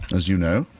as you know,